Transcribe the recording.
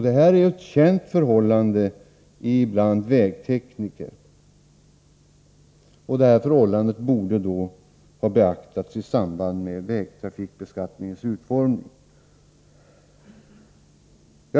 Detta är ett känt förhållande bland vägtekniker, och det borde ha beaktats i samband med vägtrafikbeskattningens utformning.